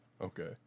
Okay